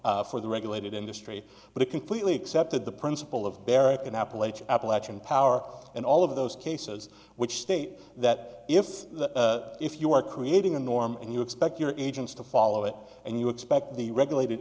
for the regulated industry but it completely accepted the principle of barrack and appalachian appalachian power and all of those cases which state that if if you are creating a norm and you expect your agents to follow it and you expect the regulated